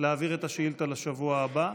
להעביר את השאילתה לשבוע הבא,